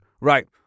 right